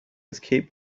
escape